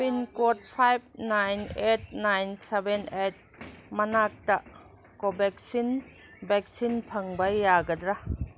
pincode five nine eight nine seven eight ꯃꯅꯥꯛꯇ ꯀꯣꯕꯦꯛꯁꯤꯟ ꯕꯦꯛꯁꯤꯟ ꯐꯪꯕ ꯌꯥꯒꯗ꯭ꯔꯥ